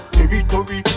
Territory